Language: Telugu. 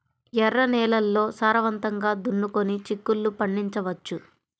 ఎర్ర నేలల్లో సారవంతంగా దున్నుకొని చిక్కుళ్ళు పండించవచ్చు